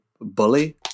Bully